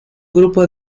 grupo